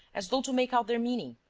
as though to make out their meaning.